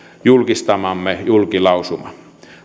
julkistamamme julkilausuma